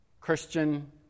Christian